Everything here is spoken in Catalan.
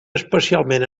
especialment